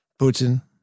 Putin